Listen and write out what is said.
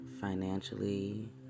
financially